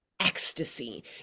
ecstasy